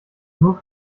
nur